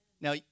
Now